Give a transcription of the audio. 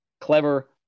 clever